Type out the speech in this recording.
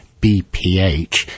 BPH